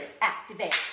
activate